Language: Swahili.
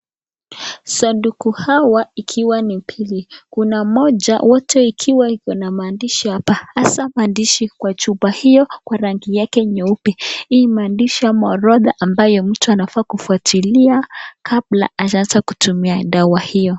Sanduku hawa ikiwa ni mbili. Kuna moja wote ikiwa iko na maandishi hapa, hasa maandishi kwa chupa hio kwa rangi yake nyeupe. Hii maandishi au orodha ambayo mtu anafaa kufuatilia kabla hajaanza kutumia dawa hiyo.